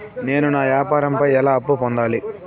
నేను నా వ్యాపారం పై ఎలా అప్పు పొందాలి?